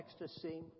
ecstasy